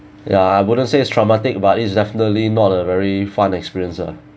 ya I wouldn't say it's traumatic but it's definitely not a very fun experience ah